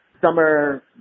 summer